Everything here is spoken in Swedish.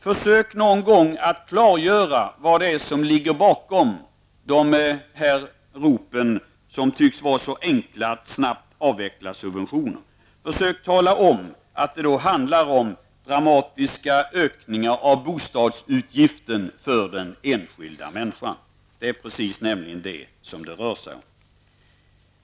Försök någon gång att klargöra vad som ligger bakom ropen på det som tycks så enkelt, att snabbt avveckla subventionerna. Försök tala om att det handlar om dramatiska ökningar av bostadsutgiften för den enskilda människan. Det är nämligen precis detta det rör sig om.